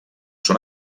són